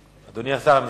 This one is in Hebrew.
אדוני סגן שר הביטחון,